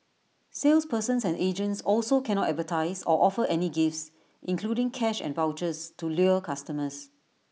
salespersons and agents also cannot advertise or offer any gifts including cash and vouchers to lure customers